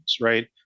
right